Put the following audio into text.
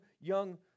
young